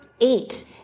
eight